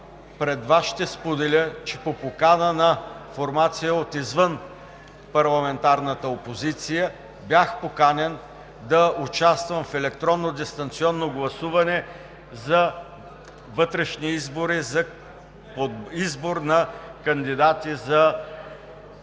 пред Вас ще споделя, че по покана на формация от извънпарламентарната опозиция бях поканен в електронно дистанционно гласуване за вътрешни избори, за избор за кандидати за